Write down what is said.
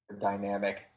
dynamic